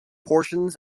portions